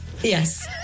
Yes